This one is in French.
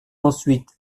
ensuite